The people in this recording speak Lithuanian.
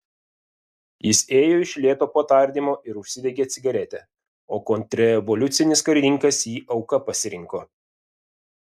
jis ėjo iš lėto po tardymo ir užsidegė cigaretę o kontrrevoliucinis karininkas jį auka pasirinko